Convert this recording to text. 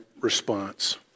response